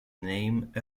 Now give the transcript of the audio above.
name